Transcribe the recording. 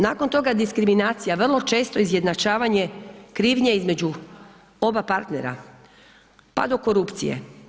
Nakon toga diskriminacija, vrlo često izjednačavanje krivnje između oba partnera pa do korupcije.